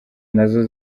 nazo